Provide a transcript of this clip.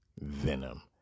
Venom